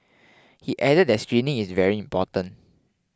he added that screening is very important